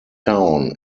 town